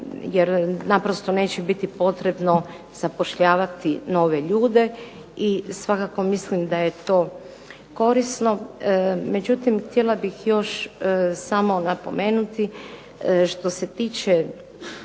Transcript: jer naprosto neće biti potrebno zapošljavati nove ljude i svakako mislim da je to korisno. Međutim htjela bih još samo napomenuti što se tiče